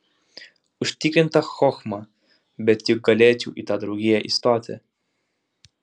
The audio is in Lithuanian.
užtikrinta chochma bet juk galėčiau į tą draugiją įstoti